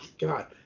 God